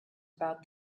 about